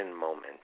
moment